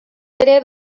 ere